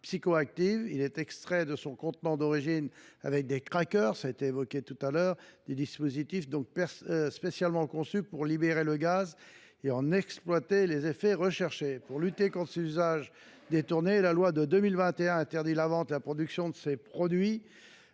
Il est extrait de son contenant d’origine avec des crackers, des dispositifs spécialement conçus pour libérer le gaz et en exploiter les effets. Pour lutter contre cet usage détourné, la loi de 2021 interdit la vente et la production de ces produits.